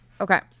Okay